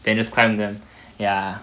then just climb there ya